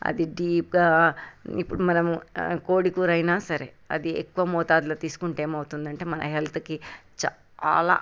అదే డీప్గా ఇప్పుడు మనము కోడి కూర అయినా సరే అది ఎక్కువ మోతాదులో తీసుకుంటే ఏమవుతుంది అంటే మన హెల్త్కి చాలా